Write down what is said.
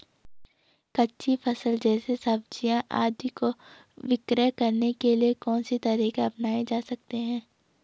कच्ची फसल जैसे सब्जियाँ आदि को विक्रय करने के लिये कौन से तरीके अपनायें जा सकते हैं?